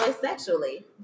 sexually